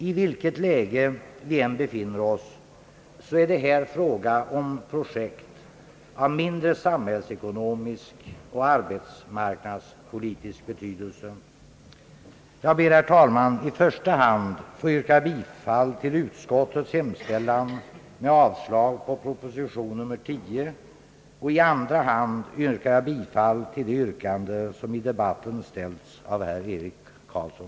I vilket läge vi än befinner oss är det här fråga om projekt av mindre samhällsekonomisk och arbetsmarknadspolitisk betydelse. Herr talman! Jag kommer i första hand att yrka bifall till utskottets hemställan med avslag på proposition nr 10 och i andra hand kommer jag att yrka bifall till det yrkande som i debatten framförts av herr Eric Carlsson.